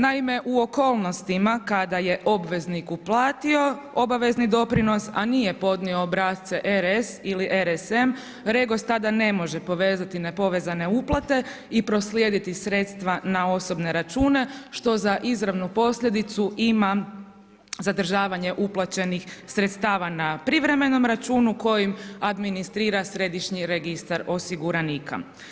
Naime u okolnostima kada je obveznik uplatio obavezni doprinos, a nije podnio obrasce RS ili RSM REGOS tada ne može povezati nepovezane uplate i proslijediti sredstva na osobne račune što za izravnu posljedicu ima zadržavanje uplaćenih sredstava na privremenom računu kojim administrira Središnji registar osiguranika.